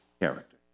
character